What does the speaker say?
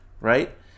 right